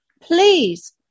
Please